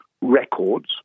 records